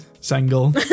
Single